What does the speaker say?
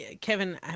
kevin